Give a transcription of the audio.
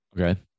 okay